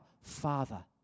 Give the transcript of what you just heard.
Father